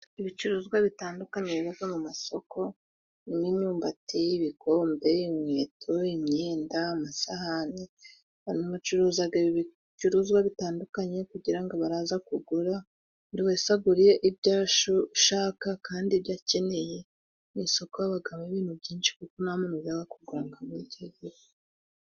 Ibicuruzwa bitandukanye biba mu masoko birimo:imyumbati ,ibikombe, inkweto, imyenda amasahani. Abantu bacuruza ibi bicuruzwa bitandukanye kugira ngo abaraza kugura buri wese agure ibyo ashaka kandi ibyo akeneye. Mu isoko habamo ibintu byinshi kuko nta muntu ujya kugura ngo abure icyo agura.